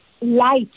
light